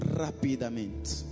rapidamente